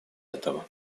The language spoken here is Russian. этого